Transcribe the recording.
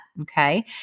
okay